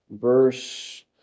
Verse